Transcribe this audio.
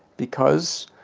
because,